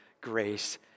grace